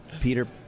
Peter